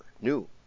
new